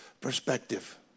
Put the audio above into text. perspective